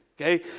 Okay